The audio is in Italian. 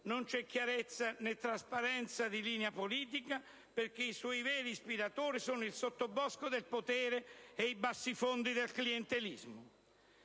Non c'è chiarezza né trasparenza di linea politica perché i suoi veri ispiratori sono il sottobosco del potere e i bassifondi del clientelismo.